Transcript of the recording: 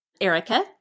Erica